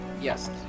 Yes